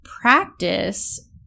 practice